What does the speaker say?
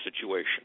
situation